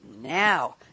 now